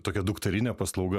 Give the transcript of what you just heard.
tokia dukterinė paslauga